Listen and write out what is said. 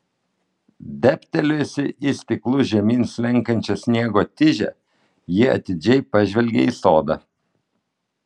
dėbtelėjusi į stiklu žemyn slenkančią sniego tižę ji atidžiai pažvelgė į sodą